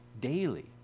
daily